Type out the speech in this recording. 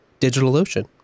DigitalOcean